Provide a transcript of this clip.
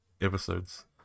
episodes